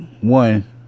one